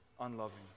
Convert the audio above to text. unloving